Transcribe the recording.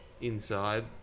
inside